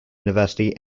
university